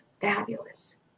fabulous